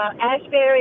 Ashbury